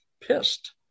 pissed